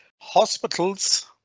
Hospitals